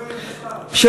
שיפרסם במכתב.